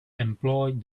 employed